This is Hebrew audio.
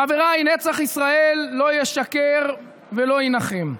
חבריי, נצח ישראל לא ישקר ולא יינחם.